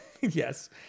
Yes